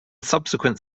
subsequent